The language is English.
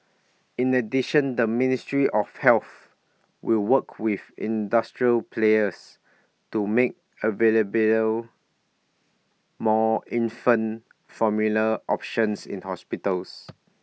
in addition the ministry of health will work with industrial players to make available more infant formula options in hospitals